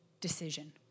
decision